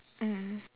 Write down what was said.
mm